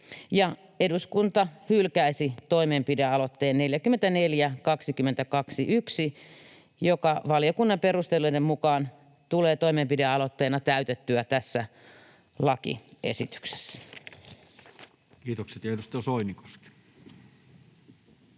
eduskunta hylkäisi toimenpidealoitteen 44.22.1, joka valiokunnan perusteluiden mukaan tulee toimenpidealoitteena täytettyä tässä lakiesityksessä. [Speech